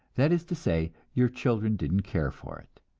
that is to say, your children didn't care for it,